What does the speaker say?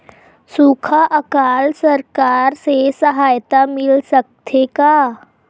सुखा अकाल सरकार से सहायता मिल सकथे का?